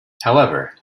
however